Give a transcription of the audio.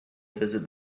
visit